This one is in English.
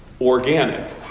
organic